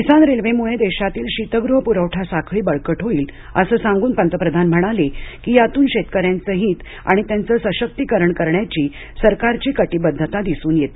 किसान रेल्वेमुळे देशातील शीतगृह पुरवठा साखळी बळकट होईल असं सांगून पंतप्रधान म्हणाले की यातून शेतकऱ्यांच हित आणि त्यांच सशक्तीकरण करण्याची सरकारची कटिबद्धता यातून दिसून येते